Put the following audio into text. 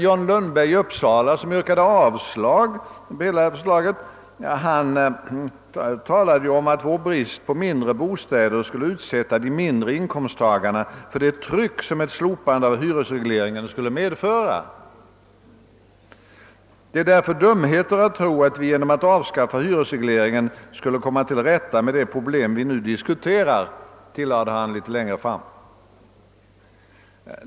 John Lundberg i Uppsala, som yrkade avslag på hela förslaget, talade ju om att vår brist på mindre bostäder skulle utsätta de mindre inkomsttagarna för det tryck som ett slopande av hyresregleringen skulle medföra. »Det är därför dumheter att tro att vi genom att avskaffa hyresregleringen skulle komma till rätta med det problem vi nu diskuterar», tillade han litet längre fram.